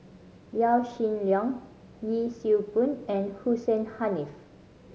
Yaw Shin Leong Yee Siew Pun and Hussein Haniff